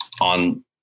on